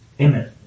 amen